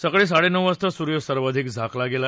सकाळी साडेनऊ वाजता सूर्य सर्वाधिक झाकला गेला